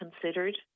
considered